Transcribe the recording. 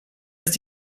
ist